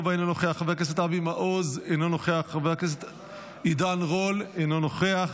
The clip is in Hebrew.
יוסף עטאונה, אינו נוכח,